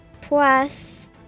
plus